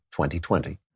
2020